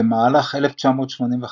במהלך 1985,